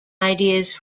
ideas